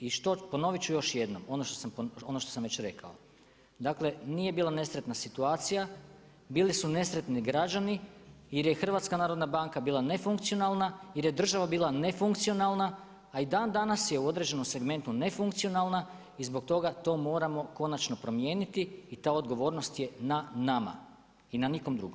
I ponovit ću još jednom, ono što sam već rekao, dakle nije bila nesretna situacija, bili su nesretni građani jer je HNB bila nefunkcionalna jer je država bila nefunkcionalna, a i dan danas je u određenom segmentu nefunkcionalna i zbog toga to moram konačno promijeniti i ta odgovornost je na nama i na nikom drugom.